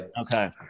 Okay